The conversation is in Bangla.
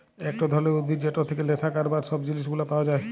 একট ধরলের উদ্ভিদ যেটর থেক্যে লেসা ক্যরবার সব জিলিস গুলা পাওয়া যায়